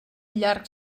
llarg